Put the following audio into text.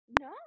No